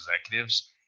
executives